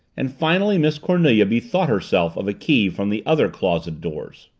and finally miss cornelia bethought herself of a key from the other closet doors.